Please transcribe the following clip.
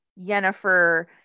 Yennefer